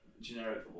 generic